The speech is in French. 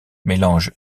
mélange